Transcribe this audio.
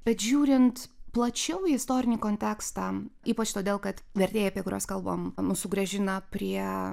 bet žiūrint plačiau į istorinį kontekstą ypač todėl kad vertėjai apie kuriuos kalbam mus sugrąžina prie